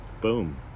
Boom